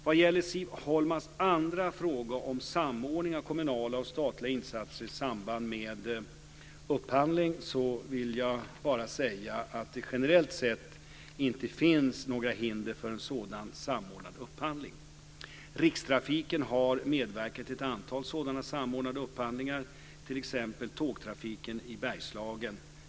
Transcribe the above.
Vad gäller Siv Holmas andra fråga om samordning av kommunala och statliga insatser i samband med upphandling vill jag bara säga att det generellt sett inte finns några hinder för en sådan samordnad upphandling. Rikstrafiken har medverkat i ett antal sådana samordnade upphandlingar, t.ex. tågtrafiken i Bergslagen.